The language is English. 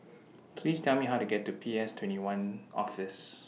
Please Tell Me How to get to P S twenty one Office